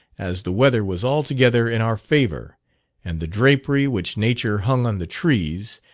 as the weather was altogether in our favour and the drapery which nature hung on the trees,